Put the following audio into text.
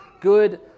good